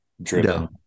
driven